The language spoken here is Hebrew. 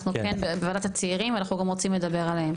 אנחנו כן בוועדת הצעירים ואנחנו גם רוצים לדבר עליהם.